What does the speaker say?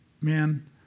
man